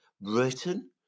Britain